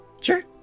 Sure